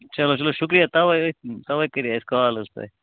چلو چلو شُکریہ تَوے تَوَے کرے یہِ حظ کال اَسہِ تۄہہِ